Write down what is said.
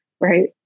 right